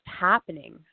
happening